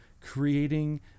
creating